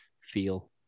feel